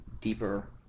deeper